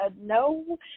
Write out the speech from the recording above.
No